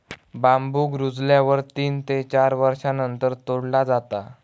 बांबुक रुजल्यावर तीन ते चार वर्षांनंतर तोडला जाता